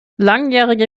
langjährige